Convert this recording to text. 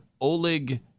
Oleg